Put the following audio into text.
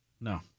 No